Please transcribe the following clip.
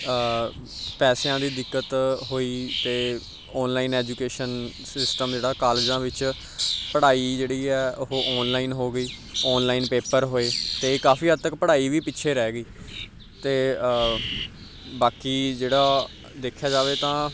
ਪੈਸਿਆਂ ਦੀ ਦਿੱਕਤ ਹੋਈ ਅਤੇ ਔਨਲਾਈਨ ਐਜੂਕੇਸ਼ਨ ਸਿਸਟਮ ਜਿਹੜਾ ਕਾਲਜਾਂ ਵਿੱਚ ਪੜ੍ਹਾਈ ਜਿਹੜੀ ਆ ਉਹ ਔਨਲਾਈਨ ਹੋ ਗਈ ਔਨਲਾਈਨ ਪੇਪਰ ਹੋਏ ਅਤੇ ਕਾਫੀ ਹੱਦ ਤੱਕ ਪੜ੍ਹਾਈ ਵੀ ਪਿੱਛੇ ਰਹਿ ਗਈ ਅਤੇ ਬਾਕੀ ਜਿਹੜਾ ਦੇਖਿਆ ਜਾਵੇ ਤਾਂ